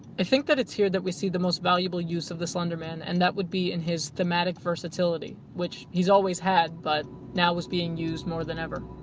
i think that it's hear that we see the most valuable use of the slender man and that would be in his thematic versatility. which, he's always had, but now was being used more than ever.